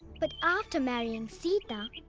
but after marrying sita